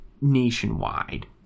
nationwide